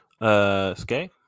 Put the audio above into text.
Skay